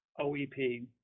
oep